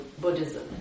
Buddhism